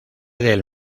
del